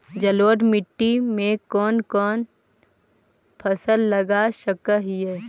जलोढ़ मिट्टी में कौन कौन फसल लगा सक हिय?